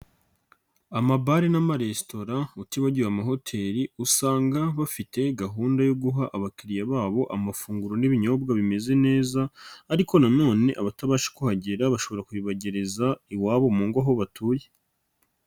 Amabare n'amaresitora utibagiwe amahoteli, usanga bafite gahunda yo guha abakiriya babo amafunguro n'ibinyobwa bimeze neza ariko na none abatabasha kuhagera bashobora kubibagereza iwabo mu ngo, aho batuye.